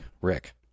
Rick